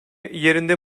yerinde